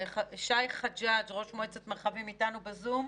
שי חג'ג', ראש מועצת מרחבים, איתנו בזום?